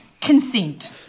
consent